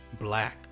black